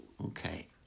Okay